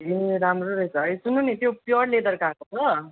ए राम्रो रहेछ है सुन्नु नि त्यो प्योर लेदरको आएको छ